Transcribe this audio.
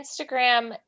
Instagram